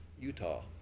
Utah